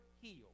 heal